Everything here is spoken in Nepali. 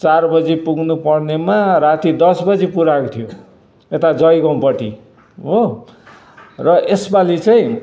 चार बजी पुग्नु पर्नेमा राति दस बजी पुर्याएको थियो यता जयगाउँपट्टि हो र यसपालि चाहिँ